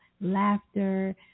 laughter